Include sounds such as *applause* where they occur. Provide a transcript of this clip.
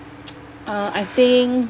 *noise* uh I think